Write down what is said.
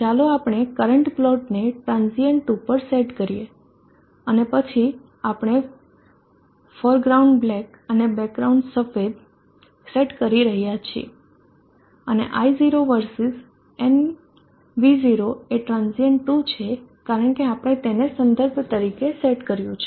તો ચાલો આપણે કરંટ પ્લોટને transient 2 પર સેટ કરીએ અને પછી આપણે ફોરગ્રાઉન્ડ બ્લેક અને બેકગ્રાઉન્ડ સફેદ સેટ કરી રહ્યા છીએ અને I0 versus nv0 એ transient 2 છે કારણ કે આપણે તેને સંદર્ભ તરીકે સેટ કર્યું છે